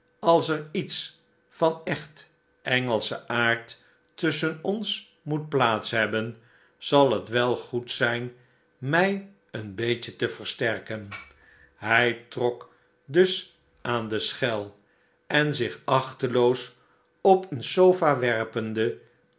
als er iets van echt engelschen aard tusschen ons moet plaats hebben zal het wel goed zijn mij een beetje te versterken hij trok dus aan de schel en zich achteloos op een sofa werpende